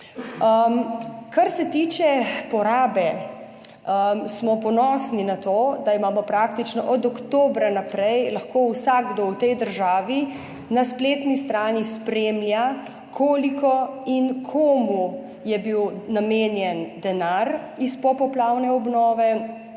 Kar se tiče porabe, smo ponosni na to, da lahko praktično od oktobra naprej vsakdo v tej državi na spletni strani spremlja, koliko in komu je bil namenjen denar iz popoplavne obnove.